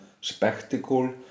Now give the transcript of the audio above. spectacle